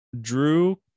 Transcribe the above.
Drew